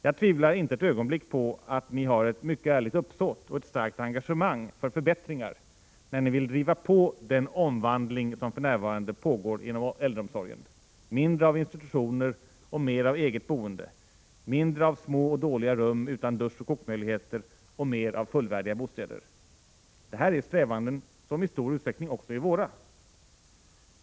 Jag tvivlar inte ett ögonblick på att ni har ett mycket ärligt uppsåt och ett starkt engagemang för förbättringar, när ni vill driva på den omvandling som för närvarande pågår inom äldreomsorgen — mindre av institutioner och mer av eget boende, mindre av små och dåliga rum utan duschoch kokmöjligheter och mer av fullvärdiga bostäder. Detta är strävanden som i stor utsträckning också är våra.